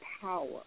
power